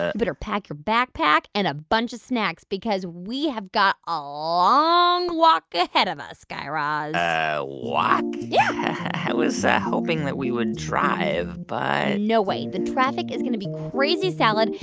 ah better pack your backpack and a bunch of snacks because we have got a long walk ahead of us, guy raz walk? yeah i was hoping that we would drive, but. no way. the traffic is going to be crazy salad.